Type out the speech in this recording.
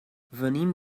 venim